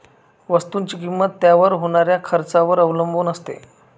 वस्तुची किंमत त्याच्यावर होणाऱ्या खर्चावर अवलंबून असते